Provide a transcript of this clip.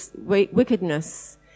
wickedness